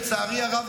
לצערי הרב,